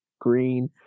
Green